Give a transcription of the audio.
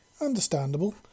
Understandable